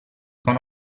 con